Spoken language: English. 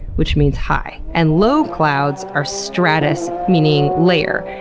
which means high. and low clouds are stratus, meaning layer.